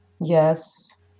Yes